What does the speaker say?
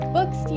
Books